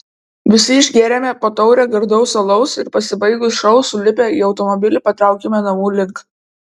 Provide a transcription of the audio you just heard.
visi išgėrėme po taurę gardaus alaus ir pasibaigus šou sulipę į automobilį patraukėme namų link